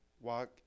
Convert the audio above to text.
walk